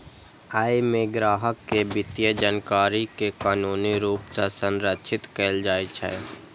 अय मे ग्राहक के वित्तीय जानकारी कें कानूनी रूप सं संरक्षित कैल जाइ छै